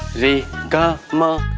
re ga ma.